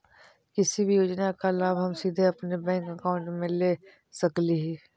किसी भी योजना का लाभ हम सीधे अपने बैंक अकाउंट में ले सकली ही?